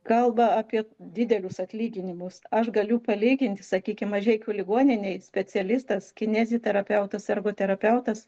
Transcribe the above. kalba apie didelius atlyginimus aš galiu palyginti sakykim mažeikių ligoninėj specialistas kineziterapeutas ergoterapeutas